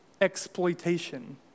exploitation